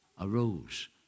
arose